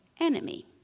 enemy